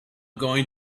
going